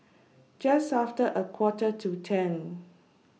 Just after A Quarter to ten